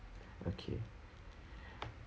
okay